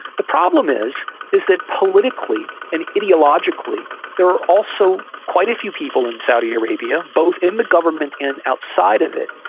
the problem is is that politically and ideologically there are also quite a few people in saudi arabia, both in the government and outside of it,